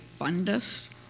fundus